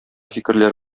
фикерләр